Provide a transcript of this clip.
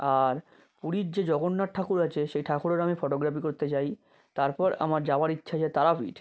আর পুরীর যে জগন্নাথ ঠাকুর আছে সেই ঠাকুরেরও আমি ফটোগ্রাফি করতে চাই তারপর আমার যাওয়ার ইচ্ছা আছে তারাপীঠ